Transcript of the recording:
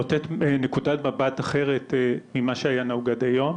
ונותנת נקודת מבט אחרת ממה שהיה נהוג עד היום.